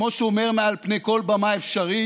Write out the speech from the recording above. כמו שהוא אומר מעל כל במה אפשרית,